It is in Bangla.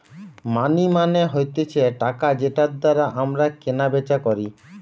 মানি মানে হতিছে টাকা যেটার দ্বারা আমরা কেনা বেচা করি